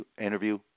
interview